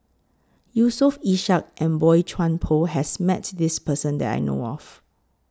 Yusof Ishak and Boey Chuan Poh has Met This Person that I know of